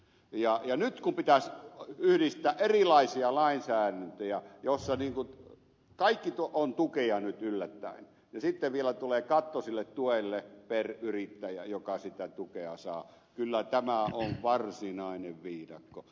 ja nyt kun pitäisi yhdistää erilaisia lainsäädäntöjä joissa kaikki on tukea nyt yllättäen ja sitten vielä tulee katto sille tuelle per yrittäjä joka sitä tukea saa kyllä tämä on varsinainen viidakko